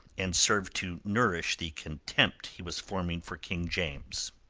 and served to nourish the contempt he was forming for king james.